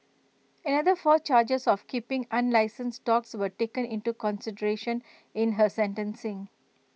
another four charges of keeping unlicensed dogs were taken into consideration in her sentencing